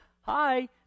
hi